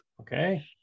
Okay